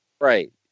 Right